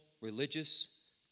religious